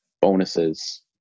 Bonuses